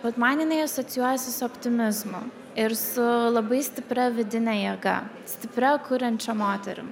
vat man jinai asocijuojasi su optimizmu ir su labai stipria vidine jėga stipria kuriančia moterim